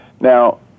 Now